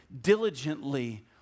diligently